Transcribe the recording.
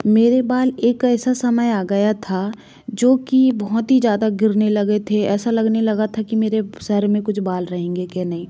मेरे बाल एक ऐसा समय आ गया था जो कि बहुत ही ज़्यादा गिरने लगे थे ऐसा लगने लगा था कि मेरे सिर में कुछ बाल रहेंगे कि नहीं